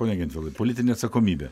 pone gentvilai politinė atsakomybė